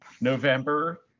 November